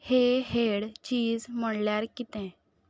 हे हेड चीज म्हळ्ळ्यार कितें